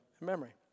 memory